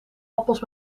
appels